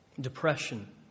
depression